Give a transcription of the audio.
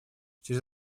через